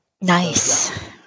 Nice